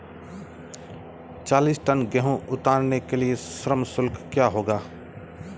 चालीस टन गेहूँ उतारने के लिए श्रम शुल्क क्या होगा?